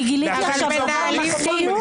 ביחס למצב הנוהג היום.